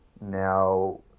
Now